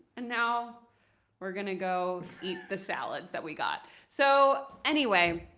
and now we're going to go eat the salads that we got. so anyway,